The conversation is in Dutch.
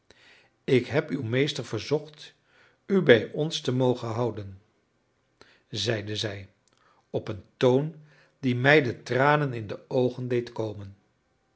ik heb uw meester verzocht u bij ons te mogen houden zeide zij op een toon die mij de tranen in de oogen deed komen